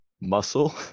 muscle